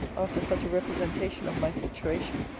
after such a representation of my situation.